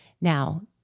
Now